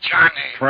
Johnny